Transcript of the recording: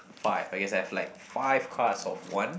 five I guess I have like five cards of one